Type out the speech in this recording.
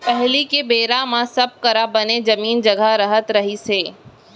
पहिली के बेरा म सब करा बने जमीन जघा रहत रहिस हे